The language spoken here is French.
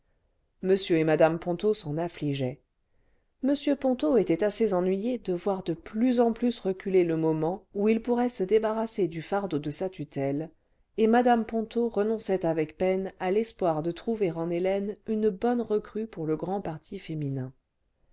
m et mme ponto s'en affligeaient m ponto était assez ennuyé de voir de plus en plus reculer le moment où il pourrait se débarrasser du concours d'ordres du jour fardeau de sa tutelle et hmc ponto renonçait avec peine à l'espoir de trouver en hélène une bonne recrue pour le grand parti féminin